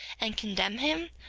and condemn him,